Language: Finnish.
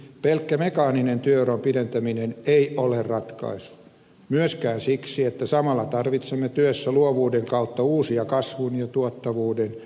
pelkkä mekaaninen työuran pidentäminen ei ole ratkaisu myöskään siksi että samalla tarvitsemme työssä luovuuden kautta uusia kasvun ja tuottavuuden lähteitä